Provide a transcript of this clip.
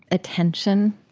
attention,